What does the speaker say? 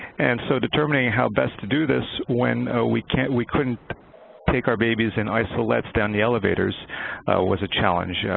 and so determining how best to do this when we can't we couldn't take our babies in isolettes down the elevators was a challenge. yeah